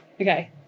Okay